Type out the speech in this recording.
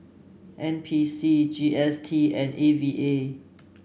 N P C G S T and A V A